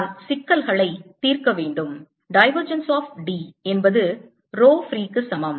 நான் சிக்கல்களை தீர்க்க வேண்டும் divergence of D என்பது ரோ ஃப்ரீ க்கு சமம்